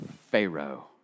Pharaoh